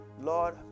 Lord